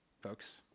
folks